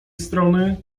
strony